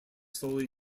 slowly